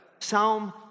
Psalm